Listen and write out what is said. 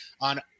on